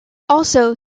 also